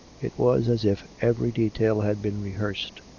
it was as if every detail had been rehearsed.